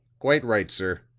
quite right, sir.